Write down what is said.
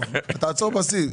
תעצור בשיא,